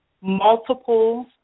multiple